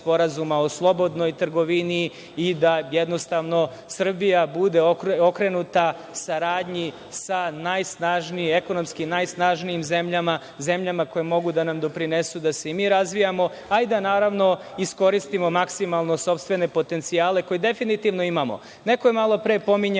o slobodnoj trgovini i da jednostavno Srbija bude okrenuta saradnji sa ekonomski najsnažnijim zemljama, zemljama koja mogu da nam doprinesu da se i mi razvijamo, a i da, naravno, iskoristimo maksimalno sopstvene potencijale, koje definitivno imamo. Neko je malopre pominjao